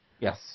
Yes